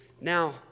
now